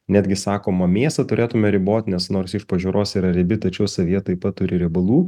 netgi sakoma mėsą turėtume ribot nes nors iš pažiūros yra riebi tačiau savyje taip pat turi riebalų